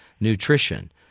nutrition